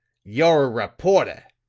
you're a reporter!